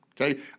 okay